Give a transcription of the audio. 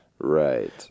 Right